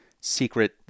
secret